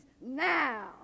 now